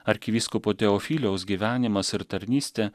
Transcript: arkivyskupo teofiliaus gyvenimas ir tarnystė